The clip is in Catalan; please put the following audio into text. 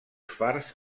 fars